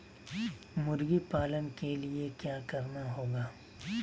मुर्गी पालन के लिए क्या करना होगा?